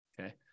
Okay